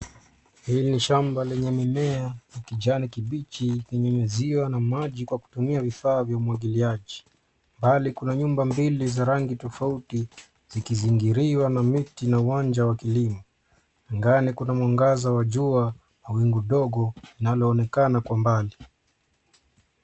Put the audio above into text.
Hili ni shamba lenye mimea ya kijani kibichi ikinyunyuziwa na maji kwa kutumia vifaa vya umwagiliaji. Mbali kuna nyumba mbili za rangi tofauti zikizingiriwa na miti na uwanja wa kilimo. Angani kuna mwangaza wa jua na wingu ndogo linaloonekana kwa mbali.